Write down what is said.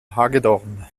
hagedorn